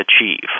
achieve